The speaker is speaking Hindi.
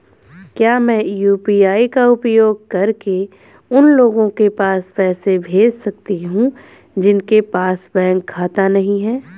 क्या मैं यू.पी.आई का उपयोग करके उन लोगों के पास पैसे भेज सकती हूँ जिनके पास बैंक खाता नहीं है?